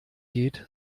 geht